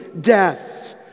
death